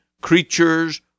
creatures